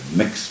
mix